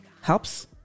helps